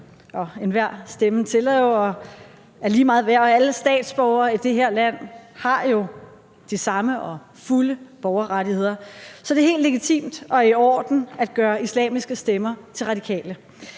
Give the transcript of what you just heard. og enhver stemme tæller jo og er lige meget værd, og alle statsborgere i det her land har jo de samme og fulde borgerrettigheder, så det er helt legitimt at gøre islamiske stemmer til radikale.